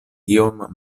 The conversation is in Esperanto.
iom